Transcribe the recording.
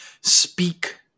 speak